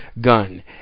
gun